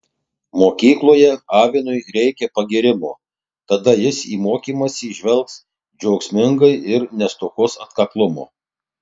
mokykloje avinui reikia pagyrimo tada jis į mokymąsi žvelgs džiaugsmingai ir nestokos atkaklumo